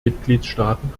mitgliedstaaten